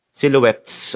silhouettes